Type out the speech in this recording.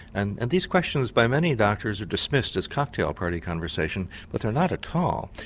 and and these questions, by many doctors, are dismissed as cocktail party conversation but they're not at all.